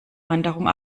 wanderung